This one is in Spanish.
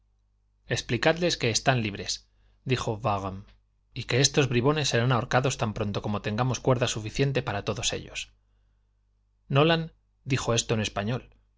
explicadles que están libres dijo vaughan y que estos bribones serán ahorcados tan pronto como tengamos cuerda suficiente para todos ellos nolan dijo esto en español